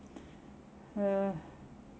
uh